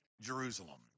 Jerusalem